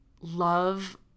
love